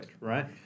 right